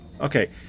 Okay